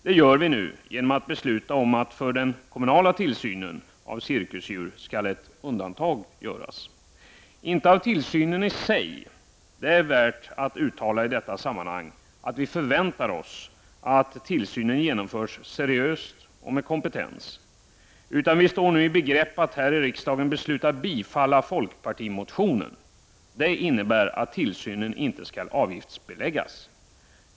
Detta gör vi nu genom att besluta om att undantag skall göras vid den kommunala tillsynen av cirkusdjur — dock inte av tillsynen i sig. Det är värt att uttala i detta sammanhang att vi förväntar oss att tillsynen genomförs seriöst och med kompetens. Vi står i stället i begrepp att här i riksdagen bifalla folkpartimotionen, vilket innebär att tillsynen inte skall avgiftsbeläggas.